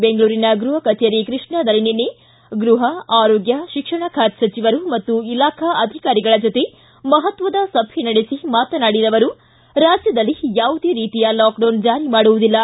ಬೆಂಗಳೂರಿನ ಗೃಹ ಕಚೇರಿ ಕೃಷ್ಣಾದಲ್ಲಿ ನಿನ್ನೆ ಗೃಹ ಆರೋಗ್ಯ ಶಿಕ್ಷಣ ಖಾತೆ ಸಚಿವರು ಹಾಗೂ ಇಲಾಖಾಧಿಕಾರಿಗಳ ಜೊತೆ ಮಹತ್ವದ ಸಭೆ ನಡೆಸಿ ಮಾತನಾಡಿದ ಅವರು ರಾಜ್ಯದಲ್ಲಿ ಯಾವುದೇ ರೀತಿಯ ಲಾಕ್ಡೌನ್ ಜಾರಿ ಮಾಡುವುದಿಲ್ಲ